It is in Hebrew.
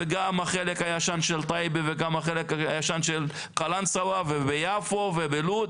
וגם החלק הישן של טייבה וגם החלק הישן של קלנסווה ויפו ולוד.